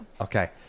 Okay